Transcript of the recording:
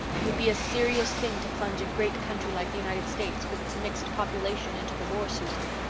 it would be a serious thing to plunge a great country like the united states, with its mixed population, into the war, susan,